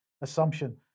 assumption